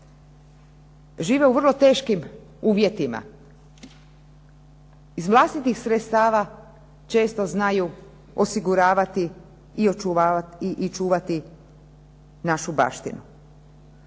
Žive u vrlo teškim uvjetima. Iz vlastitih sredstava znaju osiguravati i čuvati našu baštinu.